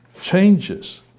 Changes